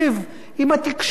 ולהראות להם.